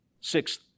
sixth